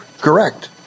correct